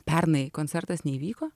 pernai koncertas neįvyko